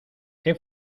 qué